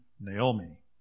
Naomi